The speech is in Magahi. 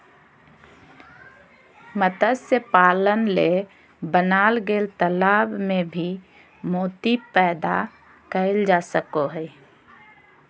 मत्स्य पालन ले बनाल गेल तालाब में भी मोती पैदा कइल जा सको हइ